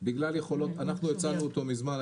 אנחנו הצענו אותו מזמן,